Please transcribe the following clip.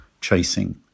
chasing